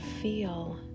Feel